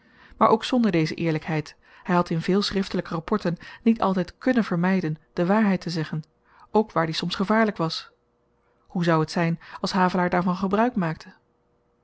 maar ook zonder deze eerlykheid hy had in veel schriftelyke rapporten niet altyd kùnnen vermyden de waarheid te zeggen ook waar die soms gevaarlyk was hoe zou t zyn als havelaar daarvan gebruik maakte